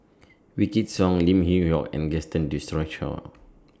Wykidd Song Lim Yew Hock and Gaston Dutronquoy